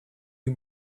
ich